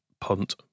punt